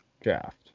draft